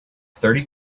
thirty